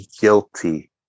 guilty